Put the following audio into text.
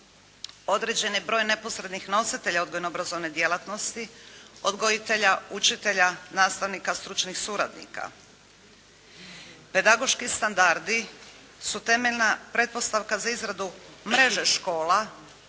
Određen je broj neposrednih nositelja odgojno-obrazovne djelatnosti: odgojitelja, učitelja, nastavnika, stručnih suradnika. Pedagoški standardi su temeljna pretpostavka za izradu mreže škola,